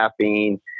caffeine